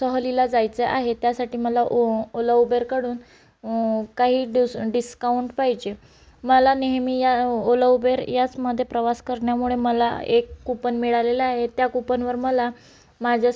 सहलीला जायचे आहे त्यासाठी मला ओला उबेरकडून काही डीस डिस्काउंट पाहिजे मला नेहमी या ओला उबेर याचमध्ये प्रवास करण्यामुळे मला एक कुपन मिळालेला आहे त्या कुपनवर मला माझेच